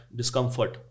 discomfort